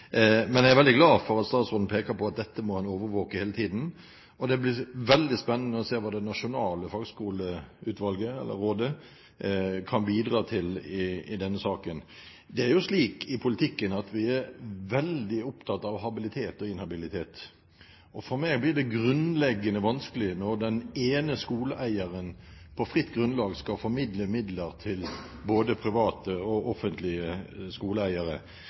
men jeg er veldig glad for at statsråden peker på at dette må en overvåke hele tiden. Det blir veldig spennende å se hva det nasjonale fagskolerådet kan bidra til i denne saken. Det er jo slik i politikken at vi er veldig opptatt av habilitet og inhabilitet. For meg blir det grunnleggende vanskelig når den ene skoleeieren på fritt grunnlag skal fordele midler til både private og offentlige skoleeiere.